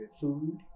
food